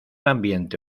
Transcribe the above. ambiente